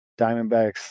Diamondbacks